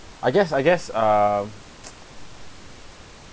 I guess I guess um